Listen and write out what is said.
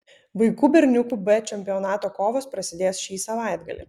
vaikų berniukų b čempionato kovos prasidės šį savaitgalį